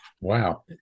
Wow